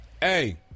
hey